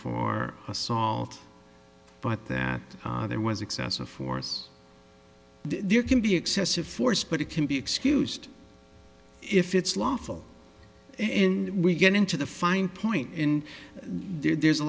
assault but that there was excessive force there can be excessive force but it can be excused if it's lawful and we get into the fine point in there's a